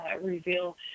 reveal